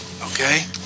Okay